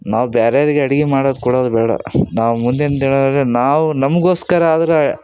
ನಾವು ಬೇರೆರಿಗೆ ಅಡುಗೆ ಮಾಡೋದು ಕೊಡೋದು ಬೇಡ ನಾವು ಮುಂದಿನ ದಿನಗಳಲ್ಲಿ ನಾವು ನಮಗೋಸ್ಕರ ಆದರೂ